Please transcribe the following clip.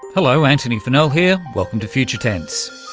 hello, antony funnell here, welcome to future tense.